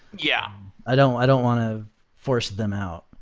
yeah i don't i don't want to force them out.